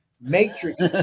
Matrix